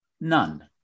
none